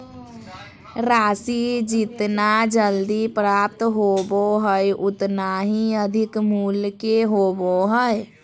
राशि जितना जल्दी प्राप्त होबो हइ उतना ही अधिक मूल्य के होबो हइ